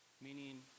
meaning